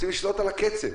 רוצים לשלוט על הקצב.